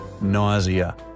Nausea